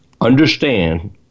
understand